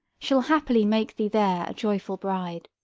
shall happily make thee there a joyful bride.